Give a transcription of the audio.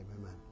amen